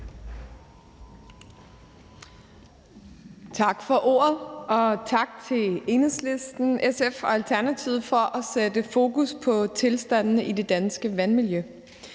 Tak for ordet, og tak til Enhedslisten, SF og Alternativet for at sætte fokus på tilstandene i det danske vandmiljø.